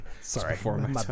Sorry